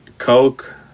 Coke